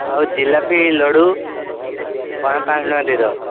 ଆଉ ଜିଲାପି ଲଡ଼ୁ ପାଞ୍ଚ ଶହ ଟଙ୍କା ଦେଇଦେବ